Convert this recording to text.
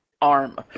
arm